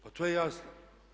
Pa to je jasno.